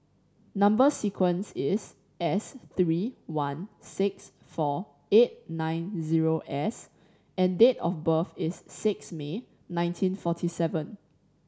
number sequence is S three one six four eight nine zero S and date of birth is six May nineteen forty seven